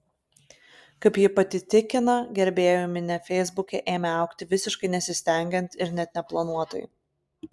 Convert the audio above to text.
kaip ji pati tikina gerbėjų minia feisbuke ėmė augti visiškai nesistengiant ir net neplanuotai